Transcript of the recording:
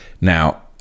Now